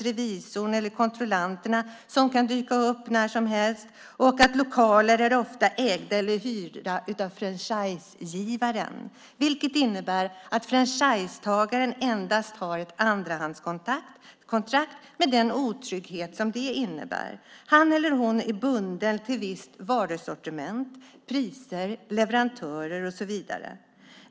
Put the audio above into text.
Revisorn eller kontrollanterna kan dyka upp när som helst. Lokalerna är ofta ägda eller hyrda av franchisegivaren, vilket innebär att franchisetagaren endast har ett andrahandskontrakt med den otrygghet som det innebär. Han eller hon är bunden till ett visst varusortiment, priser, leverantörer och så vidare.